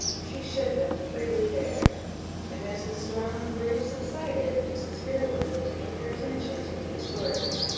she shed them freely there and as the storm of grief subsided, mrs. harewood obtained her attention to these words